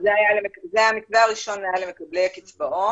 המתווה הראשון היה למקבלי הקצבאות.